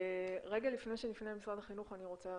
רגע לפני שנפנה למשרד החינוך אני רוצה